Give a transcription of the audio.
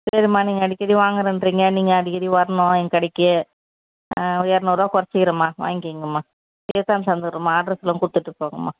சரிம்மா நீங்கள் அடிக்கடி வாங்குகிறேன்றீங்க நீங்கள் அடிக்கடி வரணும் எங்கள் கடைக்கு ஒரு இரநூறுவா குறைச்சிக்றேம்மா வாங்கிங்கோம்மா எடுத்தாந்து தந்துடுறேன்மா ஆட்ரஸெல்லாம் கொடுத்துட்டு போங்கம்மா